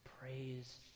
praise